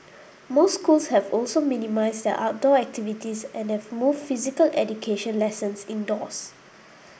most schools have also minimised their outdoor activities and have moved physical education lessons indoors